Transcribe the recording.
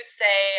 say